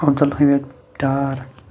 Abdul Hamid Dar